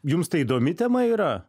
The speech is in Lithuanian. jums tai įdomi tema yra